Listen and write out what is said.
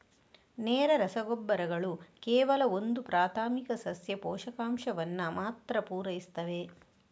ನೇರ ರಸಗೊಬ್ಬರಗಳು ಕೇವಲ ಒಂದು ಪ್ರಾಥಮಿಕ ಸಸ್ಯ ಪೋಷಕಾಂಶವನ್ನ ಮಾತ್ರ ಪೂರೈಸ್ತವೆ